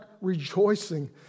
rejoicing